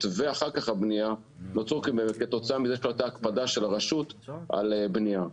ואחר כך הבנייה נוצרו כתוצאה מזה שלא הייתה הקפדה של הרשות על בנייה.